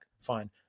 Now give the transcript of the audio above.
fine